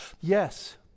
Yes